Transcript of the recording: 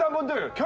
um will do